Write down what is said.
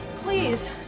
please